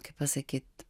kaip pasakyt